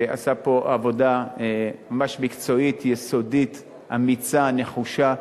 שעשה פה עבודה ממש מקצועית, יסודית, אמיצה, נחושה,